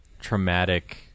traumatic